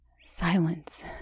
Silence